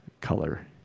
color